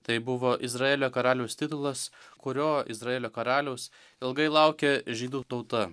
tai buvo izraelio karaliaus titulas kurio izraelio karaliaus ilgai laukė žydų tauta